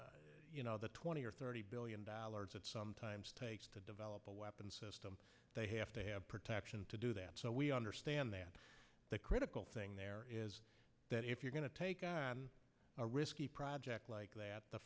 expand the twenty or thirty billion dollars it sometimes takes to develop a weapon system they have to have protection to do that so we understand that the critical thing there is that if you're going to take a risky project like that the